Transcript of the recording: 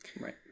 Right